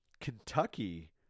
Kentucky